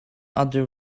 other